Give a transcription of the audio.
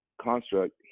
construct